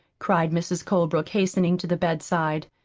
cried mrs. colebrook, hastening to the bedside.